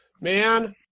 Man